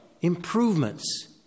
Improvements